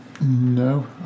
No